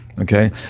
Okay